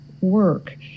work